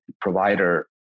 provider